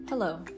Hello